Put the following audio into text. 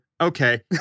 Okay